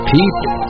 people